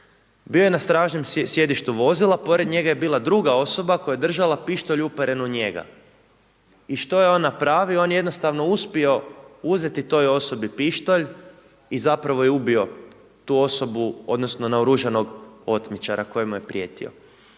Bio je na stražnjem sjedištu vozila, pored njega je bila druga osoba koja je držala pištolj uperen u njega. I što je on napravio? One je jednostavno uspio uzeti toj osobi pištolj i zapravo je ubio tu osobu odnosno naoružanog otmičara koji mu je prijetio.